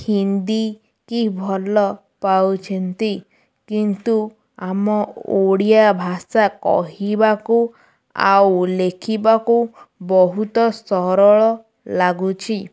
ହିନ୍ଦୀକୁ ଭଲ ପାଉଛନ୍ତି କିନ୍ତୁ ଆମ ଓଡ଼ିଆ ଭାଷା କହିବାକୁ ଆଉ ଲେଖିବାକୁ ବହୁତ ସରଳ ଲାଗୁଛି